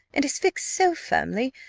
and is fixed so firmly,